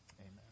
Amen